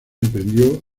emprendió